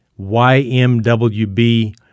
YMWB